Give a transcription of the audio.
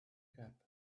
gap